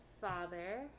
father